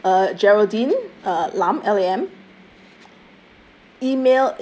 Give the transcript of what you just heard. sure uh geraldine uh lam L A M